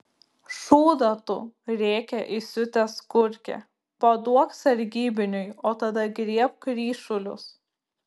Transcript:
šūdą tu rėkia įsiutęs kurkė paduok sargybiniui o tada griebk ryšulius